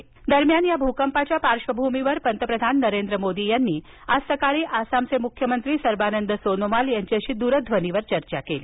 मोदी दरम्यान या भूकंपाच्या पार्श्वभूमीवर पंतप्रधान नरेंद्र मोदी यांनी आज सकाळी आसामचे मुख्यमंत्री सर्वानंद सोनोवाल यांच्याशी दूरध्वनीवर चर्चा केली